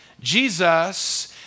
Jesus